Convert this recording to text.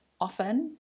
often